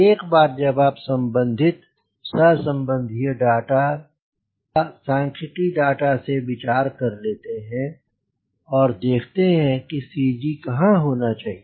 एक बार जब आप संबंधित सह संबंघीय डाटा का सांख्यिकी डाटा से विचार कर लेते हैं और देखते हैं कि CG कहाँ होना चाहिए